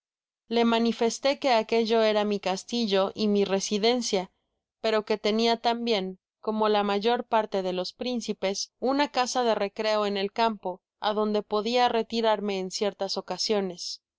le manifesté que aquello era mi castillo y mi residencia pero que tenia tambien como la mayor parte de los principes una casa do recreo en el campo adonde podia retirarme en ciertas ocasiones